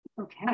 Okay